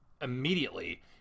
immediately